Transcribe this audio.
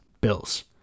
Bills